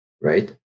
right